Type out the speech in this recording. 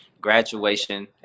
Graduation